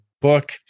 book